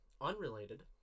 unrelated